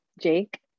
Jake